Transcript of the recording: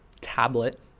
tablet